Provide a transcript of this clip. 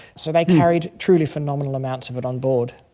so they carried truly phenomenal amounts of it on board.